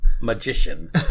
magician